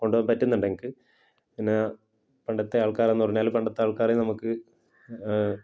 കൊണ്ടുപോകാൻ പറ്റുന്നുണ്ടെങ്കില് പിന്നെ പണ്ടത്തെ ആൾക്കാരെന്ന് പറഞ്ഞാല് പണ്ടത്തെ ആൾക്കാരെ നമുക്ക്